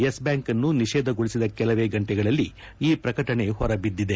Yes Bank ಅನ್ನು ನಿಷೇಧಗೊಳಿಸಿದ ಕೆಲವೇ ಗಂಟೆಗಳಲ್ಲಿ ಈ ಪ್ರಕಟಣೆ ಹೊರಬಿದ್ದಿದೆ